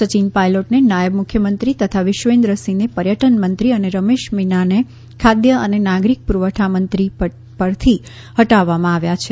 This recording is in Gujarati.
સચિન પાયલોટને નાયબ મુખ્યમંત્રી તથા વિશ્વેન્દ્ર સિંહને પર્યટન મંત્રી અને રમેશ મીનાને ખાદ્ય અને નાગરિક પુરવઠામંત્રી પરથી હટાવવામાં આવ્યા છે